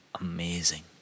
amazing